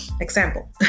example